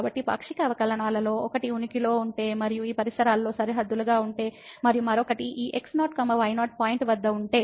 కాబట్టి పాక్షిక అవకలనాలులో ఒకటి ఉనికిలో ఉంటే మరియు ఈ పరిసరాల్లో సరిహద్దులుగా ఉంటే మరియు మరొకటి ఈ x0 y0 పాయింట్ వద్ద ఉంటే